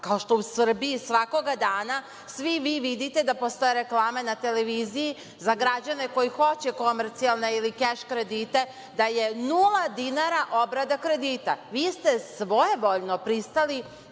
kao što u Srbiji svakoga dana svi vi vidite da postoje reklame na televiziji za građane koji hoće komercijalne ili keš kredite da je nula dinara obrada kredita. Vi ste svojevoljno pristali